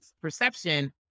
perception